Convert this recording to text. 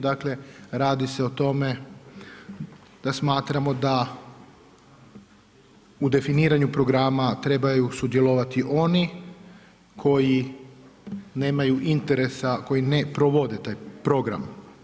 Dakle radi se o tome da smatramo da u definiranju programa trebaju sudjelovati oni koji nemaju interesa, koji ne provode taj program.